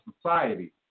society